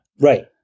Right